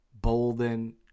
Bolden